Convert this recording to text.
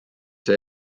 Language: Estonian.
saa